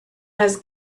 has